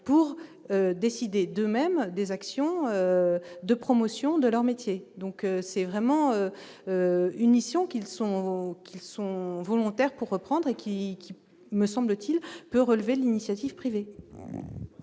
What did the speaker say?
pour décider de même des actions de promotion de leur métier, donc c'est vraiment une mission qu'ils sont, qu'ils sont volontaires pour reprendre et qui, qui, me semble-t-il, peut relever l'initiative privée.